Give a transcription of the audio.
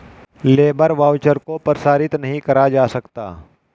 labour voucher को प्रसारित नहीं करा जा सकता